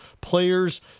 players